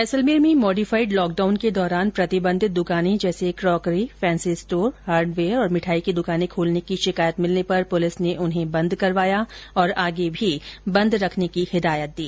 जैसलमेर में modified lockdown के दौरान प्रतिबंधित दुकाने जैसे कॉकरी फैन्सी स्टोर हार्डवेयर और भिठाई की दुकानें खोलने की शिकायत भिलने पर पुलिस ने उन्हें बंद करवाया और आगे भी बंद रखने की हिदायत दी